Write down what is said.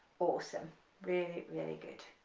awesome really really good.